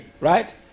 right